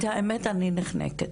את האמת - אני נחנקת.